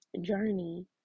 journey